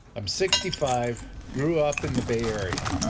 i'm sixty five grew up in the bay area.